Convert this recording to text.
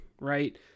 right